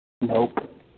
Nope